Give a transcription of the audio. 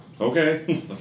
Okay